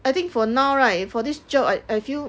I think for now right for this job I I feel